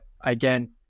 again